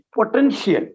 potential